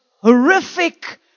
horrific